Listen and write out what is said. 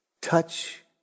touch